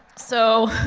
so,